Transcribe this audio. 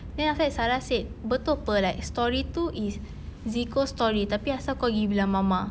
then after that betul [pe] like story itu is zeko's story tapi apasal kau pergi bilang mama